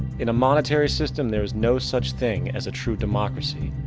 in a monetary system, there is no such thing as a true democracy,